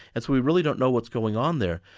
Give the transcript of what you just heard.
and so we really don't know what's going on there.